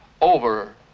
over